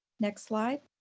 next slide.